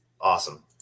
Awesome